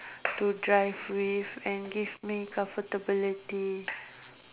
to drive with and give me comfortability